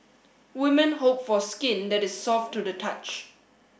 women hope for skin that is soft to the touch